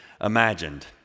imagined